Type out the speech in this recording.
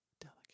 delicate